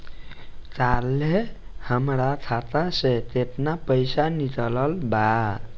काल्हे हमार खाता से केतना पैसा निकलल बा?